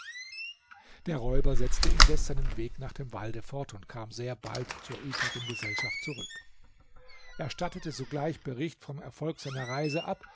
der räuber setzte indes seinen weg nach dem walde fort und kam sehr bald zur übrigen gesellschaft zurück er stattete sogleich bericht vom erfolg seiner reise ab